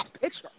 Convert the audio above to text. picture